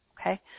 okay